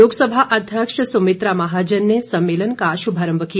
लोकसभा अध्यक्ष सुमित्रा महाजन ने सम्मेलन का शुभारम्भ किया